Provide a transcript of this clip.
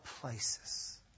places